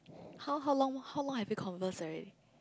how how long more how long have you converse already